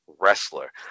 wrestler